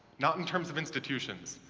not in terms of institutions.